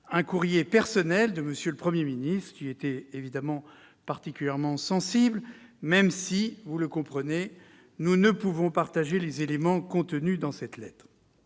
un courrier personnel de M. le Premier ministre. J'y ai été évidemment particulièrement sensible, même si, vous le comprenez, monsieur le ministre, nous ne pouvons partager les éléments contenus dans cette lettre.